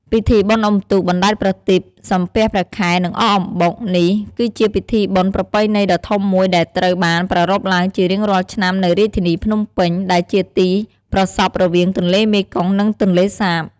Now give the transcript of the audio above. ពិធីបុណ្យអុំទូក បណ្ដែតប្រទីប សំពះព្រះខែ និងអកអំបុក នេះគឺជាពិធីបុណ្យប្រពៃណីដ៏ធំមួយដែលត្រូវបានប្រារព្ធឡើងជារៀងរាល់ឆ្នាំនៅរាជធានីភ្នំពេញ ដែលជាទីប្រសព្វរវាងទន្លេមេគង្គនិងទន្លេសាទ។